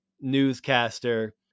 newscaster